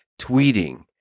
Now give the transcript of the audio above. tweeting